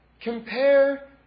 compare